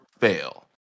fail